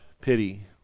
pity